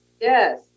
Yes